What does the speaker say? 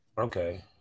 okay